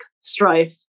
strife